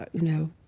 but you know,